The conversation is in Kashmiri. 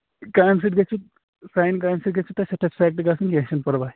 کامہِ سۭتۍ گژھِ سانہِ کامہِ سۭتۍ گژھِ تۄہہِ سٮ۪ٹِسفٮ۪کٹ گژھٕنۍ کیٚنہہ چھُنہٕ پَرواے